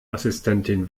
assistentin